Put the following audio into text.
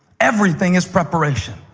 everything is preparation.